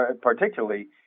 particularly